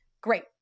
Great